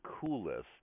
coolest